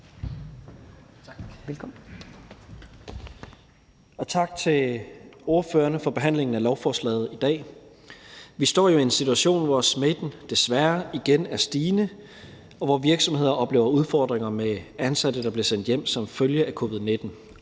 tak til ordførerne for behandlingen af lovforslaget i dag. Vi står i en situation, hvor smitten desværre igen er stigende, og hvor virksomheder oplever udfordringer med ansatte, der bliver sendt hjem som følge af covid-19.